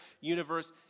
universe